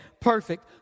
perfect